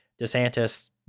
desantis